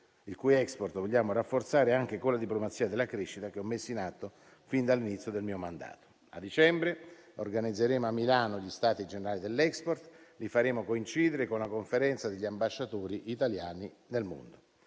il cui *export* vogliamo rafforzare anche con la diplomazia della crescita che ho messo in atto fin dall'inizio del mio mandato. A dicembre organizzeremo a Milano gli stati generali dell'*export* e li faremo coincidere con la conferenza degli ambasciatori italiani nel mondo.